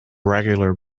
regular